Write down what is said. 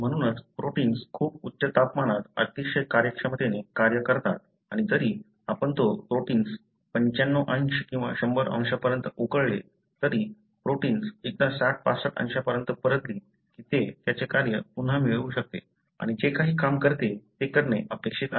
म्हणूनच प्रोटिन्स खूप उच्च तापमानात अतिशय कार्यक्षमतेने कार्य करतात आणि जरी आपण तो प्रोटिन्स 95 अंश किंवा 100 अंशांपर्यंत उकळले तरी प्रोटिन्स एकदा 60 65 अंशांपर्यंत परतली की ते त्याचे कार्य पुन्हा मिळवू शकते आणि जे काही काम करते ते करणे अपेक्षित आहे